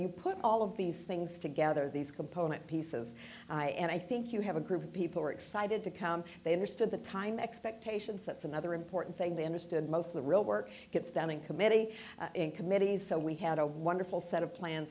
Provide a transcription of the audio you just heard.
you put all of these things together these component pieces and i think you have a group of people were excited to come they understood the time expectations that's another important thing they understood most of the real work gets standing committee in committees so we had a wonderful set up plan